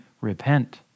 repent